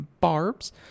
barbs